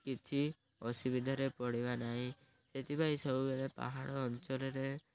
କିଛି ଅସୁବିଧାରେ ପଡ଼ିବ ନାହିଁ ସେଥିପାଇଁ ସବୁବେଳେ ପାହାଡ଼ ଅଞ୍ଚଲରେ